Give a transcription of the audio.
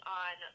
on